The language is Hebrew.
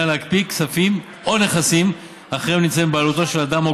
להקפיא כספים או נכסים אחרים הנמצאים בבעלותו של אדם או